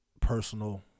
Personal